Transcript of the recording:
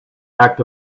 act